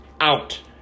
out